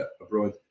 abroad